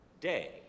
day